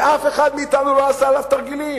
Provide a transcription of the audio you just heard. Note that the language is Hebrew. אף אחד מאתנו לא עשה עליו תרגילים